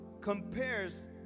compares